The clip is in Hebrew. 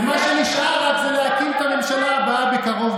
ומה שנשאר זה רק להקים את הממשלה הבאה בקרוב,